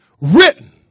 Written